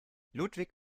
ludwig